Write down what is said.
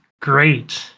great